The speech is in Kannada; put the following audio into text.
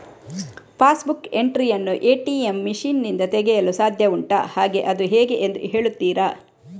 ಪಾಸ್ ಬುಕ್ ಎಂಟ್ರಿ ಯನ್ನು ಎ.ಟಿ.ಎಂ ಮಷೀನ್ ನಿಂದ ತೆಗೆಯಲು ಸಾಧ್ಯ ಉಂಟಾ ಹಾಗೆ ಅದು ಹೇಗೆ ಎಂದು ಹೇಳುತ್ತೀರಾ?